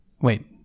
Wait